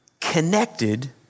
connected